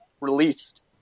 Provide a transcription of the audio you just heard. released